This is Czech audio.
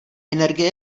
energie